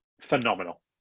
phenomenal